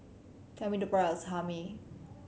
tell me the price of Hae Mee